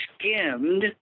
skimmed